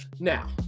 Now